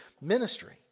ministry